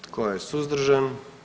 Tko je suzdržan?